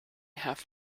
have